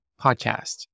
podcast